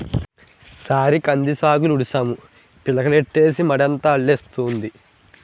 సారికంద సాలులో ఉడిసినాము పిలకలెట్టీసి మడంతా అల్లెత్తాది